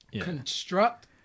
Construct